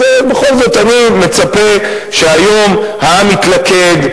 אז בכל זאת אני מצפה שהיום העם יתלכד,